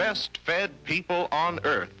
best fed people on earth